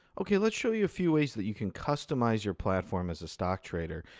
ok, let's show you a few ways that you can customize your platform as a stock trader.